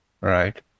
Right